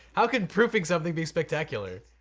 how could proofing something be spectacular?